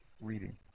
reading